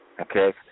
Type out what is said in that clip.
Okay